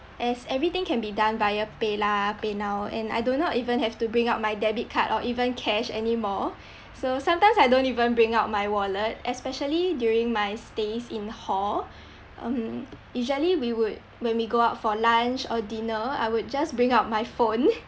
as everything can be done via paylah paynow and I do not even have to bring out my debit card or even cash anymore so sometimes I don't even bring out my wallet especially during my stays in hall um usually we would when we go out for lunch or dinner I would just bring out my phone